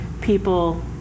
people